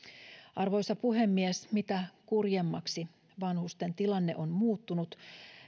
arvoisa puhemies mitä kurjemmaksi vanhusten tilanne on muuttunut